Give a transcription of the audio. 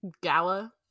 gala